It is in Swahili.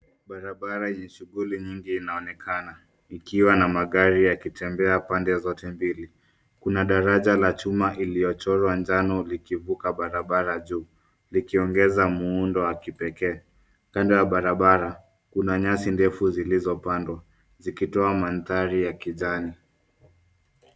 Barabara yenye shughuli nyingi inaonekana ikiwa na magari yakitembea pande zote mbili. Kuna daraja la chuma iliyochorwa njano likivuka barabara juu, likiongeza muundo wa kipekee. Kando ya barabara kuna nyasi zilizopandwa, zikitoa mandhari ya kijani.